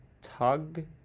tug